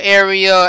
area